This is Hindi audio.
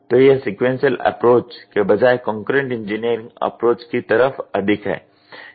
तो यह सिक़्वेन्सिअल एप्रोच के बजाय कंकरेन्ट इंजीनियरिंग एप्रोच की तरफ अधिक है